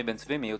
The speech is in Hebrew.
אני.